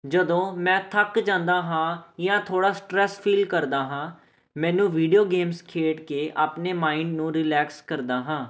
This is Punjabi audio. ਜਦੋਂ ਮੈਂ ਥੱਕ ਜਾਂਦਾ ਹਾਂ ਜਾਂ ਥੋੜ੍ਹਾ ਸਟਰੈਸ ਫੀਲ ਕਰਦਾ ਹਾਂ ਮੈਨੂੰ ਵੀਡੀਓ ਗੇਮਸ ਖੇਡ ਕੇ ਆਪਣੇ ਮਾਇੰਡ ਨੂੰ ਰਿਲੈਕਸ ਕਰਦਾ ਹਾਂ